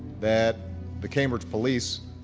that the cambridge police